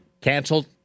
canceled